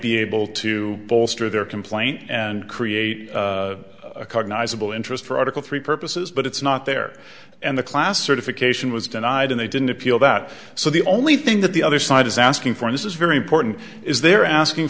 be able to bolster their complaint and create a cognizable interest for article three purposes but it's not there and the class certification was denied and they didn't appeal that so the only thing that the other side is asking for this is very important is they're asking